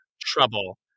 trouble